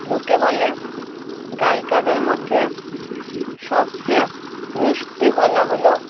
লোকে বলে গায়িকাদের মধ্যে সবচেয়ে মিষ্টি গলা হলো